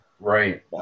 right